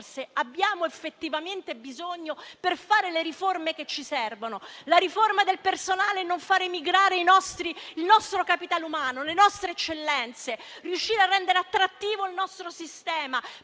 abbiamo effettivamente bisogno per fare le riforme che ci servono? La riforma del personale, non fare migrare il nostro capitale umano e le nostre eccellenze, riuscire a rendere attrattivo il nostro Sistema,